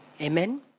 Amen